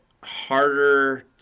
harder